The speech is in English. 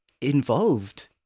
involved